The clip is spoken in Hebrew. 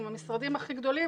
עם המשרדים הכי גדולים,